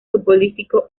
futbolístico